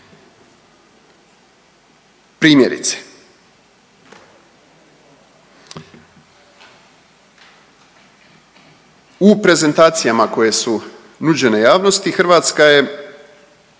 Primjerice, u prezentacijama koje su nuđene javnosti Hrvatska je